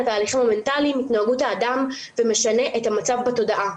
ההליכים המנטליים ועל התנהגות האדם ומשנה את המצב בתודעה.